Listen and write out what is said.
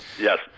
Yes